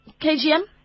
KGM